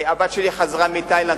הבת שלי חזרה מתאילנד,